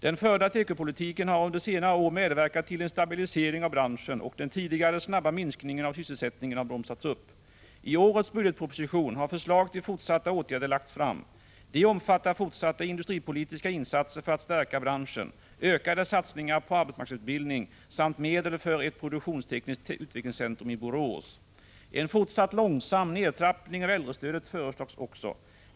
Den förda tekopolitiken har under senare år medverkat till en stabilisering av branschen, och den tidigare snabba minskningen av sysselsättningen har bromsats upp. I årets budgetproposition har förslag till fortsatta åtgärder lagts fram. De omfattar fortsatta industripolitiska insatser för att stärka branschen, ökade satsningar på arbetsmarknadsutbildning samt medel för ett produktionstekniskt utvecklingscentrum i Borås. En fortsatt långsam nedtrappning av äldrestödet föreslås också.